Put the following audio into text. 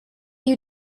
you